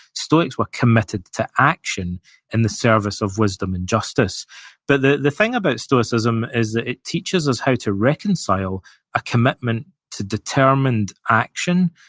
stoics were committed to action in the service of wisdom and justice but the the thing about stoicism is that it teaches us how to reconcile a commitment to determined action,